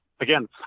Again